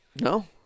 No